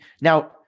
now